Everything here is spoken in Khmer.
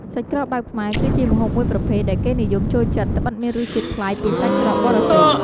សាច់ក្រកបែបខ្មែរ គឺជាម្ហូបមួយប្រភេទដែលគេនិយមចូលចិត្ត ត្បិតមានរសជាតិប្លែកពីសាច់ក្រកបរទេស។